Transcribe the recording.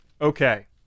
Okay